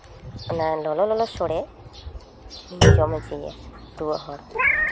ᱚᱱᱟ ᱞᱚᱞᱚ ᱞᱚᱞᱚ ᱥᱳᱲᱮ ᱤᱧ ᱡᱚᱢ ᱦᱚᱪᱚᱭᱮᱭᱟ ᱨᱩᱣᱟᱹᱜ ᱦᱚᱲ